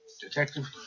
detective